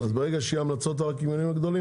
ברגע שיהיו המלצות על הקמעונאים הגדולים,